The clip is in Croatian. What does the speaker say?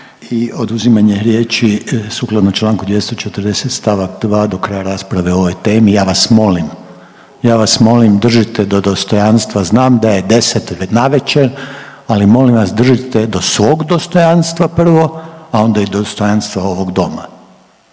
i oduzimanje riječi sukladno Članku 240. stavak 2. do kraja rasprave o ovoj temi. Ja vas molim, ja vas molim držite do dostojanstva znam da je 10 navečer ali molim vas držite do svog dostojanstva prvo, a onda i dostojanstva ovog doma.